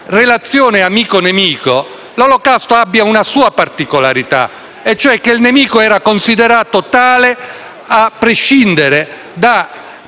relazione amico - nemico l'Olocausto abbia una sua particolarità: il nemico era considerato tale a prescindere da